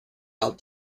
out